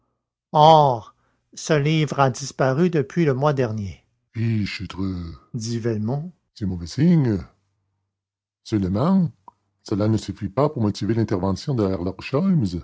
ce livre a disparu depuis le mois dernier fichtre dit velmont c'est mauvais signe seulement cela ne suffit pas pour motiver l'intervention de